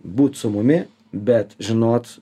būt su mumi bet žinot